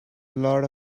lot